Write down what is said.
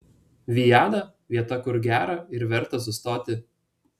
viada vieta kur gera ir verta sustoti